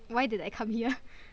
why did I come here